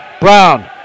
Brown